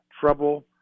trouble